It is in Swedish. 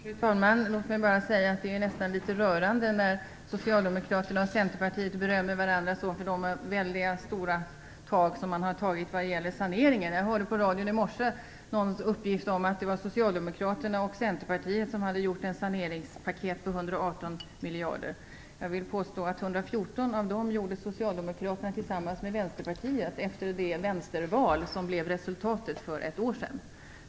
Fru talman! Låt mig bara säga att det nästan är litet rörande när Socialdemokraterna och Centerpartiet berömmer varandra så för de väldigt stora tag som de har tagit vad gäller saneringen. Jag hörde på radion i morse en uppgift om att det var Socialdemokraterna och Centerpartiet som hade gjort upp om ett saneringspaket på 118 miljarder. Jag vill påstå att 114 av dem gjorde Socialdemokraterna upp med Vänsterpartiet om efter det vänsterval som blev resultatet för ett år sedan.